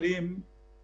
אפשר להפעיל את זה מייד,